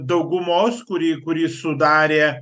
daugumos kuri kurį sudarė